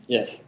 Yes